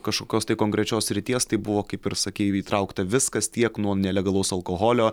kažkokios konkrečios srities tai buvo kaip ir sakei įtraukta viskas tiek nuo nelegalaus alkoholio